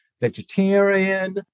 vegetarian